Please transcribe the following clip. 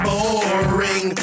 Boring